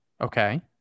Okay